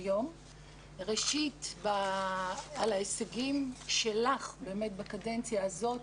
ראשית, על ההישגים שלך בקדנציה הזאת